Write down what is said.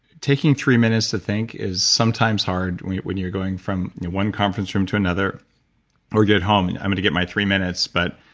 taking three minutes to think is sometimes hard when you're going from one conference room to another or you get home, and i'm going to get my three minutes, but,